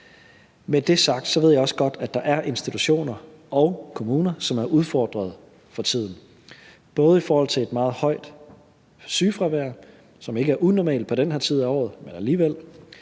Med det sagt ved jeg også godt, at der er institutioner og kommuner, som er udfordrede for tiden, både i forhold til et meget højt sygefravær, som ikke er unormalt på den her tid af året, men alligevel,